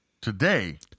today